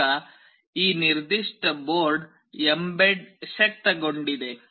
ಈಗ ಈ ನಿರ್ದಿಷ್ಟ ಬೋರ್ಡ್ mbed ಶಕ್ತಗೊಂಡಿದೆ